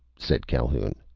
said calhoun.